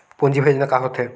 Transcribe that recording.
पूंजी भेजना का होथे?